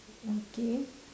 okay